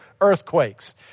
earthquakes